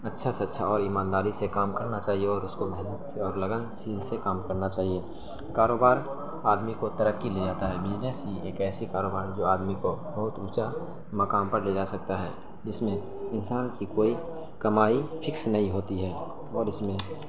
اچھا سے اچھا اور ایمانداڑی سے کام کرنا چاہیے اور اس کومحنت سے اور لگن سے کام کرنا چاہیے کاروبار آدمی کو ترکی دے جاتا ہے بزنس ہی ایک ایسی کاروبار ہے جو آدمی کو بہت اونچا مقام پر لے جا سکتا ہے جس میں انسان کی کوئی کمائی فکس نہیں ہوتی ہے اور اس میں